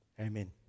Amen